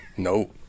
No